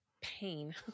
pain